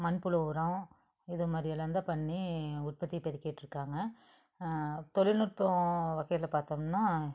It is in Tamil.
மண்புழு உரம் இதுமாதிரியெல்லாந்தான் பண்ணி உற்பத்தி பெருக்கிட்ருக்காங்க தொழில்நுட்போம் வகையில் பார்த்தோம்ன்னா